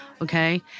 okay